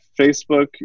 Facebook